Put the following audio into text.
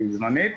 כזמנית.